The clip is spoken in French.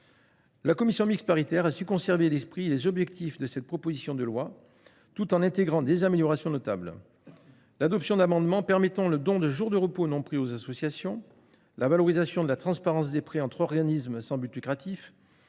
La commission mixte paritaire a su conserver l’esprit et les objectifs de cette proposition de loi, tout en intégrant des améliorations notables. L’adoption d’amendements ayant pour objet le don de jours de repos non pris aux associations, la valorisation de la transparence des prêts entre organismes sans but lucratif